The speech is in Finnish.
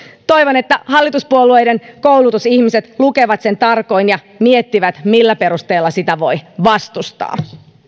toivon että hallituspuolueiden koulutusihmiset lukevat sen tarkoin ja miettivät millä perusteella sitä voi vastustaa